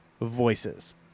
voices